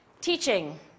teaching